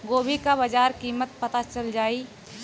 गोभी का बाजार कीमत पता चल जाई?